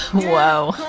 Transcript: wow